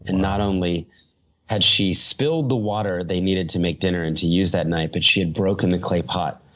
and not only had she spilled the water they needed to make dinner and to use that night, but she had broken the clay pot,